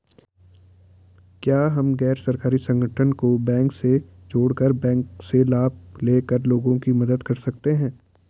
क्या हम गैर सरकारी संगठन को बैंक से जोड़ कर बैंक से लाभ ले कर लोगों की मदद कर सकते हैं?